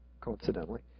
coincidentally